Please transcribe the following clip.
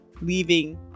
leaving